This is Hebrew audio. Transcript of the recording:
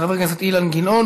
של חבר הכנסת אילן גילאון,